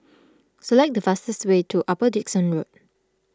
select the fastest way to Upper Dickson Road